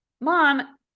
mom